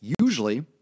Usually